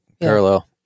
Parallel